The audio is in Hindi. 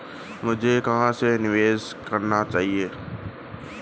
मुझे कहां निवेश करना चाहिए?